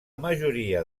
majoria